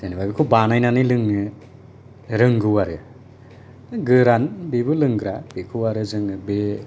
जेनेबा बेखौ बानायनानै लोंनो रोंगौ आरो गोरान बेबो लोंग्रा बेखौ आरो जोङो